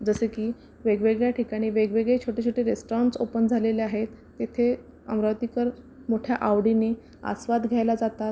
जसे की वेगवेगळ्या ठिकाणी वेगवेगळे छोटेछोटे रेस्टाॅरंटस् ओपन झालेले आहेत तिथे अमरावतीकर मोठ्या आवडीने आस्वाद घ्यायला जातात